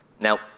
Now